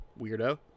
weirdo